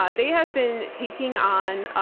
um they have been taking on,